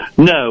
No